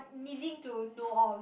needing to know of